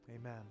Amen